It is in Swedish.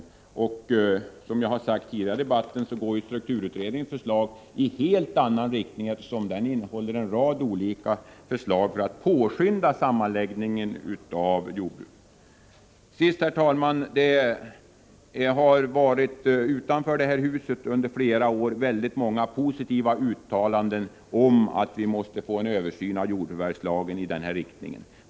Som jag tidigare har sagt i debatten går ju strukturutredningens förslag i helt annan riktning, eftersom den innehåller en rad olika förslag i syfte att påskynda sammanläggningen av jordbruk. Herr talman! Det har utanför det här huset under flera års tid gjorts väldigt många positiva uttalanden om att en översyn av jordförvärvslagen måste till.